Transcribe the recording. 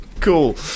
Cool